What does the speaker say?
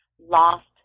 lost